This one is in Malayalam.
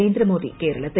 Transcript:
നരേന്ദ്രമോദി കേരളത്തിൽ